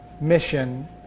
mission